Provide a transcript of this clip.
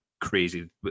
crazy